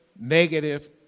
negative